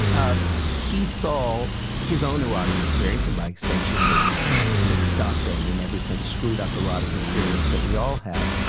ah he saw his own erotic experience, and by extension the mixed-up and in every sense screwed-up erotic experience that we all have,